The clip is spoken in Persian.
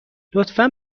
لطفا